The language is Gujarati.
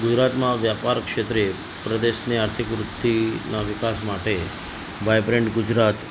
ગુજરાતમાં વ્યાપાર ક્ષેત્રે પ્રદેશને આર્થિક વૃત્તિના વિકાસ માટે વાયબ્રન્ટ ગુજરાત